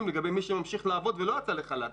לגבי מי שממשיך לעבוד ולא יצא לחל"ת.